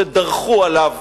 שדרכו עליו,